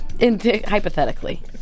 Hypothetically